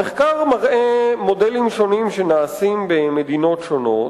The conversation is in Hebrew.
המחקר מראה מודלים שונים שנעשים במדינות שונות.